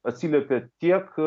atsiliepė tiek